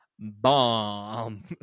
bomb